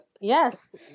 Yes